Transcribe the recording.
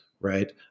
right